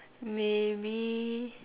maybe